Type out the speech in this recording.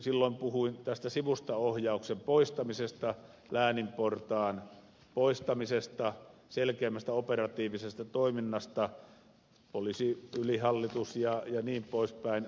silloin puhuin tästä sivustaohjauksen poistamisesta lääninportaan poistamisesta selkeämmästä operatiivisesta toiminnasta poliisiylihallitus jnp